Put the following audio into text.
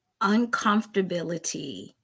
uncomfortability